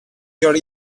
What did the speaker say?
your